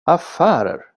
affärer